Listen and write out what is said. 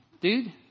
Dude